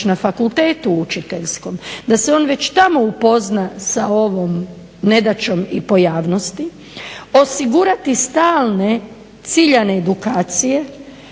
na fakultetu učiteljskom, da se on već tamo upozna sa ovom nedaćom i pojavnosti. Osigurati stalne ciljane edukacije